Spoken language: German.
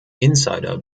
insider